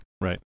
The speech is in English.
Right